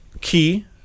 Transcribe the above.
key